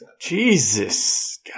Jesus